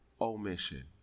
omission